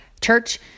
church